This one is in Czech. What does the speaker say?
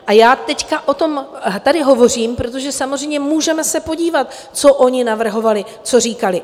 A já teď o tom tady hovořím, protože samozřejmě můžeme se podívat, co oni navrhovali, co říkali.